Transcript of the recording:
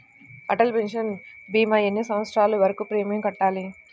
Atal pension భీమా ఎన్ని సంవత్సరాలు వరకు ప్రీమియం కట్టాలి?